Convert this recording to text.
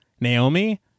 Naomi